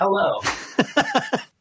Hello